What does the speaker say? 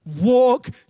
walk